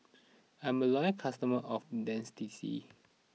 I'm a loyal customer of Dentiste